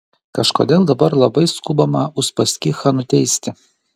kažkodėl dabar labai skubama uspaskichą nuteisti